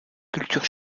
culture